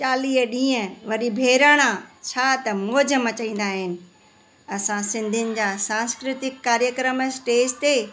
चालीह ॾींहं वरी बहिराणा छा त मौज मचाईंदा आहिनि असां सिंधियुनि जा सांस्कृतिक कार्यक्रम स्टेज ते